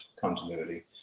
continuity